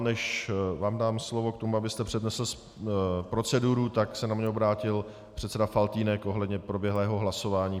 Než vám dám slovo k tomu, abyste přednesl proceduru, tak se na mě obrátil předseda Faltýnek ohledně proběhlého hlasování.